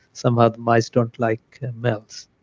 somehow the mice don't like males.